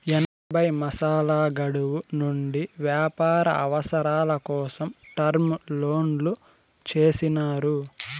ఎనభై మాసాల గడువు నుండి వ్యాపార అవసరాల కోసం టర్మ్ లోన్లు చేసినారు